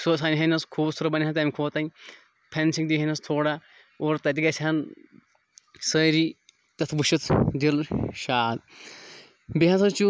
سیوٚد تھَوٚوہنَس خوٗبصوٗرت بَنہِ ہا تَمہِ کھۄتن پھٮ۪نسِنٛگ دی ہَنَس تھوڑا اور تَتہِ گژھِ ہَن سٲری تَتھ وٕچھِتھ دِل شاد بیٚیہِ ہَسا چھُ